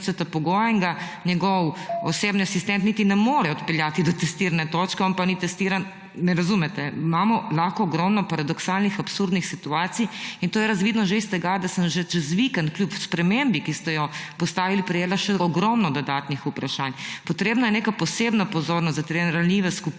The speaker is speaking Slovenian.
in ga njegov osebni asistent niti ne more odpeljati do testirne točke, on pa ni testiran. Me razumete? Imamo lahko ogromno paradoksalnih, absurdnih situacij. In to je razvidno že iz tega, da sem že čez vikend kljub spremembi, ki ste jo postavili, prejela še ogromno dodatnih vprašanj. Potrebna je neka posebna pozornost za te ranljive skupine.